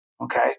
Okay